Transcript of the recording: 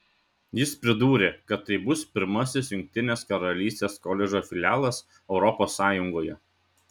jis pridūrė kad tai bus pirmasis jungtinės karalystės koledžo filialas europos sąjungoje